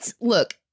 Look